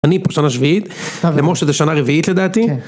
אני פה שנה שביעית, למשה זו שנה רביעית לדעתי. כן.